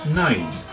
nine